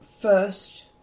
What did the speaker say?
First